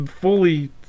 fully